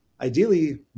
ideally